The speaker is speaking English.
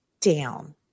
down